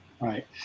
right